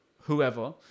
whoever